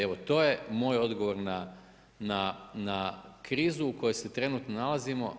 Evo to je moj odgovor na krizu u kojoj se trenutno nalazimo.